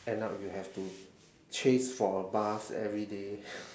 end up you have to chase for a bus every day